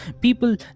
people